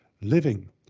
living